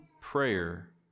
prayer